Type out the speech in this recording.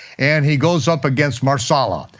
and he goes up against messala,